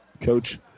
Coach